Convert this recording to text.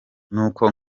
nuko